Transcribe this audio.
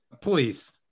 please